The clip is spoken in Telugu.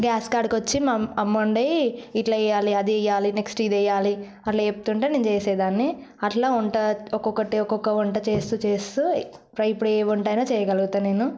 గ్యాస్ కాడికి వచ్చి మా అమ్మ అమ్మ ఉండి ఇట్లా చేయాలి అది వేయాలి నెక్స్ట్ ఇది వేయాలి అట్లా చెప్తుంటే నేను చేసేదాన్ని అట్లా వంట ఒక్కొక్కటి ఒక్కొక్క వంట చేస్తు చేస్తు ఇప్పుడు ఏ వంట అయినా చేయగలుతాను నేను